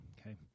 okay